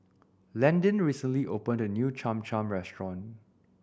Landin recently opened a new Cham Cham restaurant